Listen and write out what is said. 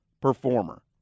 performer